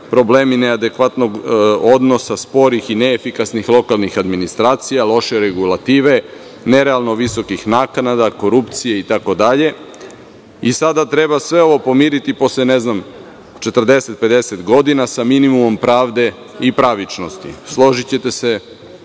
problemi neadekvatnog odnosa sporih i neefikasnih lokalnih administracija, lošije regulative, nerealno visokih naknada, korupcije itd. i sada treba sve ovo pomiriti posle 40, 50 godina, sa minimumom pravde i pravičnosti. Složićete se